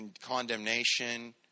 condemnation